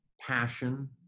passion